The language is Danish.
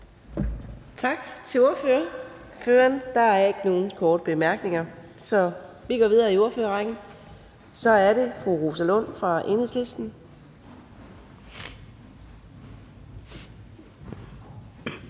Tak til ordføreren. Der er ikke nogen korte bemærkninger, så vi går videre i ordførerrækken. Så er det fru Rosa Lund fra Enhedslisten.